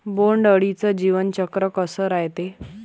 बोंड अळीचं जीवनचक्र कस रायते?